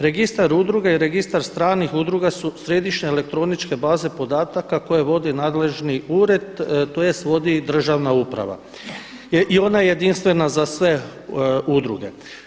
Registar udruge i registar stranih udruga su središnje elektroničke baze podataka koje vodi nadležni ured, tj. vodi državna uprava i ona je jedinstvena za sve udruge.